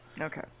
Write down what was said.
Okay